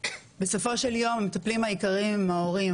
בסופו של יום המטפלים העיקריים הם ההורים.